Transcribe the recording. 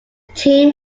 team